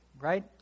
right